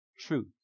Truth